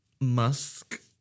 musk